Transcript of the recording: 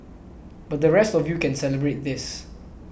but the rest of you can celebrate this